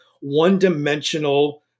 one-dimensional